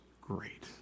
great